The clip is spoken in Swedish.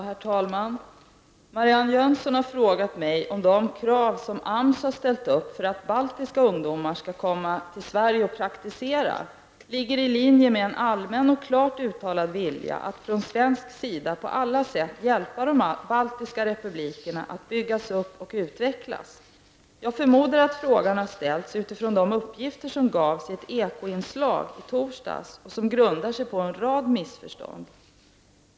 Herr talman! Marianne Jönsson har frågat mig om de krav som AMS har ställt upp för att baltiska ungdomar skall komma till Sverige och praktisera ligger i linje med en allmän och klart uttalat vilja att från svensk sida på alla sätt hjälpa de baltiska republikerna att byggas upp och utvecklas. Jag förmodar att frågan har ställts utifrån de uppgifter som gavs i ett Eko-inslag i torsdags och som grundar sig på en rad missförstånd.